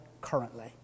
currently